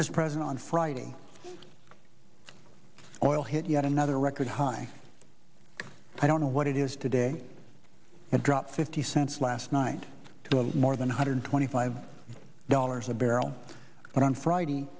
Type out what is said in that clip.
this president on friday oil hit yet another record high i don't know what it is today it dropped fifty cents last night to a more than one hundred twenty five dollars a barrel but on friday